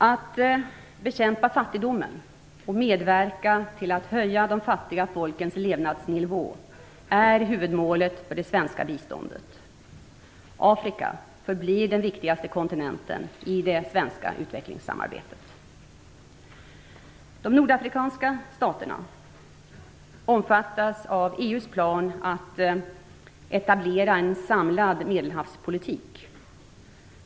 Att bekämpa fattigdomen och medverka till att höja de fattiga folkens levnadsnivå är huvudmålet för det svenska biståndet. Afrika förblir den viktigaste kontinenten i det svenska utvecklingssamarbetet. De nordafrikanska staterna omfattas av EU:s plan att etablera en samlad Medelhavspolitik.